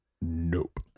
nope